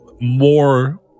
more